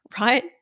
right